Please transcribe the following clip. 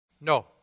No